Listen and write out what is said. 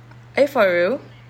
are you for real